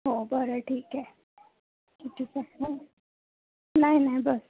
हो बरं ठीक आहे नाही नाही बरं